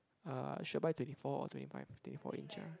uh should I buy twenty four or twenty five twenty four inch ah